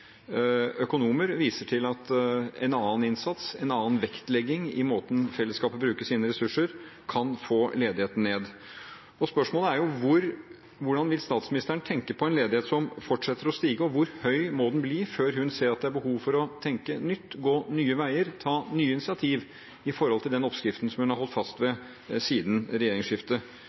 Økonomer viser til at en annen innsats, en annen vektlegging i måten fellesskapet bruker sine ressurser på, kan få ledigheten ned. Spørsmålet er jo: Hvordan vil statsministeren tenke på en ledighet som fortsetter å stige, og hvor høy må den bli før hun ser at det er behov for å tenke nytt, å gå nye veier, ta nye initiativ i forhold til den oppskriften som hun har holdt fast